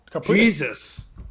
Jesus